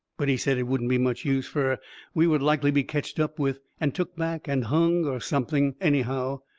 but he said it wouldn't be much use, fur we would likely be ketched up with and took back and hung or something, anyhow.